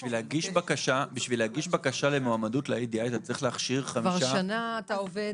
כדי להגיש בקשה למועמדות ל-ADI הוא צריך להכשיר חמישה כלבים.